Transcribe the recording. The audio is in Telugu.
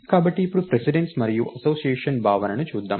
కాబట్టి ఇప్పుడు ప్రిసిడెన్స్ మరియు అసోసియేషన్ భావనను చూద్దాం